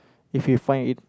if you find it